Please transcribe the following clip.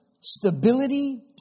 stability